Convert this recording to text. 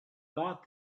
thought